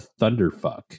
Thunderfuck